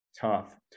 tough